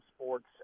sports